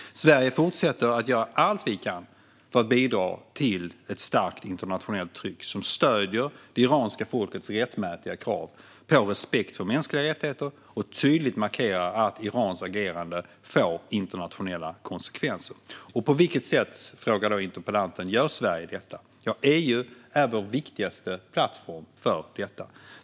Sverige fortsätter att göra allt vi kan för att bidra till ett starkt internationellt tryck som stöder det iranska folkets rättmätiga krav på respekt för mänskliga rättigheter och tydligt markerar att Irans agerande får internationella konsekvenser. Interpellanten frågar på vilket sätt Sverige gör detta. EU är vår viktigaste plattform.